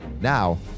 Now